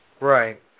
Right